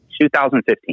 2015